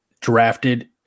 drafted